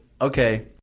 okay